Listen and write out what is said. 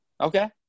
Okay